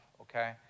okay